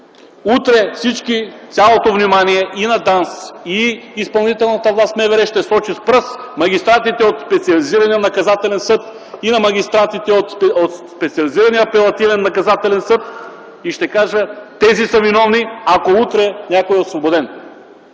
Утре цялото внимание и на ДАНС, и изпълнителната власт в МВР ще сочи с пръст магистратите от специализирания наказателен съд и от специализирания апелативен наказателен съд и ще казва: „Тези са виновни!”, ако утре някой е освободен.